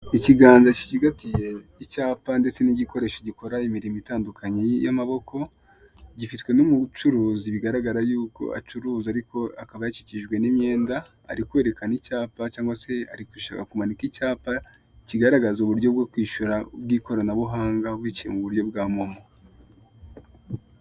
Ikiganza gicigatiye icyapa ndetse n'igikoresho gikora imirimo itandukanye y'amaboko, gifitwe n'umucuruzi bigaragara yuko acuruza ariko akaba akikijwe n'imyenda, ari kwerekana icyapa cyangwag se ari gushaka kumanika icyapa kigaragaza uburyo bwo kwishyura bw'ikoranabuhanga biciye mu buryo bwa momo.